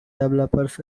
developers